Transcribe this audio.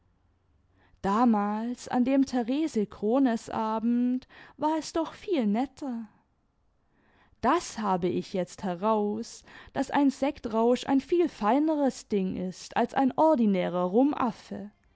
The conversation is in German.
damals an dem therese krones abend war es docb viel netter das habe ich jetzt heraus daß ein sektrausch ein viel feineres ding ist als ein ordinärer